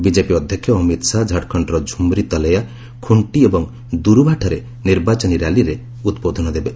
BJP ଅଧ୍ୟକ୍ଷ ଅମିତ ଶାହା ଝାଡ଼ଖଣ୍ଡର ଝୁମରି ତଲେୟା ଖୁଣ୍ଟି ଏବଂ ଦୁରୁଭାଠାରେ ନିର୍ବାଚନୀ ର୍ୟାଲିରେ ଉଦ୍ବୋଧନ ଦେବେ